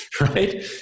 right